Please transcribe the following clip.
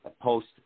post